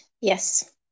yes